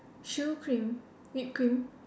choux cream whipped cream